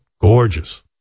Gorgeous